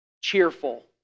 cheerful